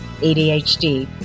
ADHD